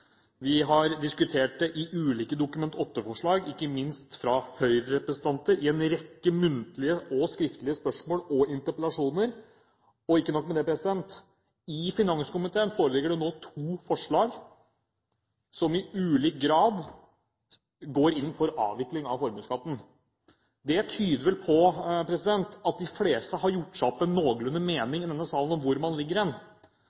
vi har diskutert det i forbindelse med ulike Dokument 8-forslag, ikke minst fra Høyre-representanter, og hatt det oppe i en rekke muntlige og skriftlige spørsmål og interpellasjoner. Ikke nok med det, i finanskomiteen foreligger det nå to forslag som i ulik grad går inn for avvikling av formuesskatten. Det tyder vel på at de fleste i denne salen så noenlunde har gjort seg opp en